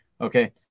Okay